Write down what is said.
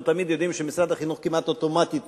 אנחנו יודעים שמשרד החינוך כמעט אוטומטית